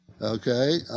Okay